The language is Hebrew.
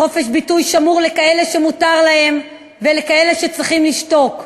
חופש ביטוי שמור לכאלה שמותר להם ולכאלה שצריכים לשתוק.